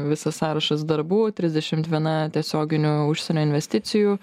visas sąrašas darbų trisdešimt viena tiesioginių užsienio investicijų